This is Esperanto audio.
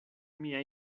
mia